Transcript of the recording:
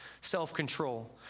self-control